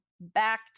back